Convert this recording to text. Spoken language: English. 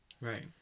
Right